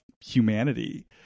humanity